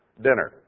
dinner